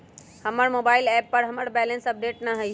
हमर mobile app पर हमर बैलेंस अपडेट न हई